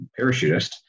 parachutist